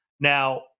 Now